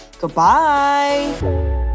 Goodbye